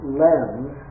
lens